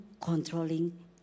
controlling